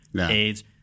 AIDS—